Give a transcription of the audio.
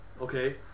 okay